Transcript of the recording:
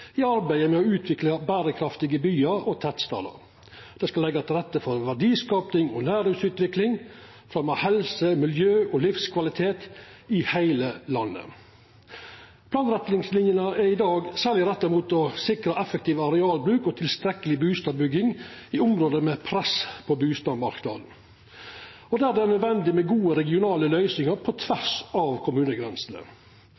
i arbeidet med å utvikla berekraftige byar og tettstader. Dei skal leggja til rette for verdiskaping og næringsutvikling og fremja helse, miljø og livskvalitet i heile landet. Planretningslinene er i dag særleg retta mot å sikra effektiv arealbruk og tilstrekkeleg bustadbygging i område med press på bustadmarknaden og der det er nødvendig med gode regionale løysingar på